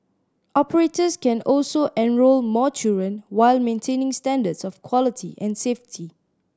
operators can also enrol more children while maintaining standards of quality and safety